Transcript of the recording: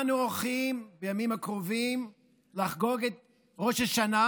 אנו הולכים בימים הקרובים לחגוג את ראש השנה,